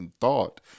thought